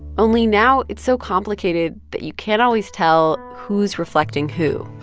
only now it's so complicated that you can't always tell who's reflecting who